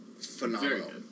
phenomenal